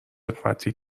خدمتی